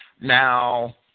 Now